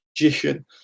magician